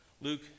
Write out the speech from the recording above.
Luke